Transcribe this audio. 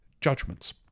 judgments